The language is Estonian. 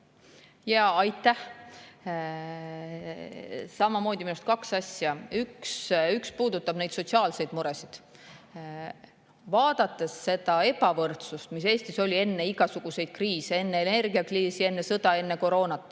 Aitäh! Samamoodi, minu arust on siin kaks asja. Üks puudutab sotsiaalseid muresid. Vaadates seda ebavõrdsust, mis Eestis oli enne igasuguseid kriise, enne energiakriisi, enne sõda, enne koroonat,